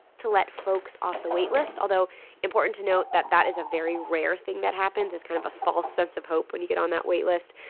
to let folks off the waitlist, although important to note that that is a very rare thing that happens. it's kind of a false sense of hope when you get on that waitlist